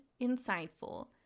insightful